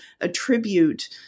attribute